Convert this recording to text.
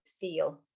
feel